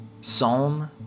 Psalm